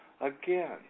Again